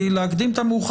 נמצא פה נציג השר.